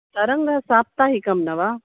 तरङ्गसाप्तहिकं न वा